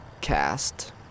Cast